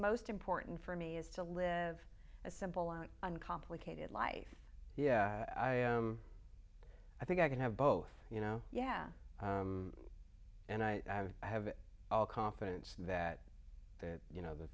most important for me is to live a simple out uncomplicated life yeah i am i think i can have both you know yeah and i have all confidence that you know the